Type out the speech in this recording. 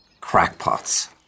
Crackpots